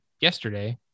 yesterday